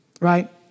right